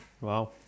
Wow